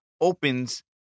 opens